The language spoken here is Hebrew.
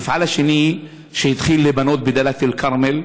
המפעל השני שהתחיל לבנות, בדאלית אל-כרמל,